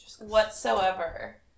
Whatsoever